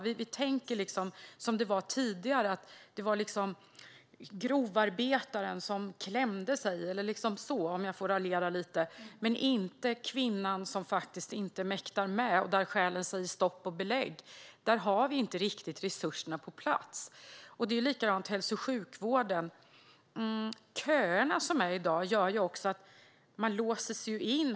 Vi tänker som det var tidigare att det handlar om grovarbetaren som klämde sig, om jag får raljera lite, men inte om kvinnan som faktiskt inte har mäktat med och själen säger stopp och belägg. Där har vi inte riktigt resurserna på plats. Det är likadant i hälso och sjukvården. Köerna gör i dag att man låses in.